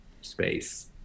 space